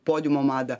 podiumo madą